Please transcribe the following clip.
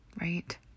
Right